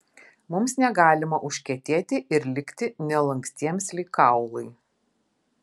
mums negalima užkietėti ir likti nelankstiems lyg kaulai